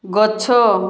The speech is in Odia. ଗଛ